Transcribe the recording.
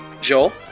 Joel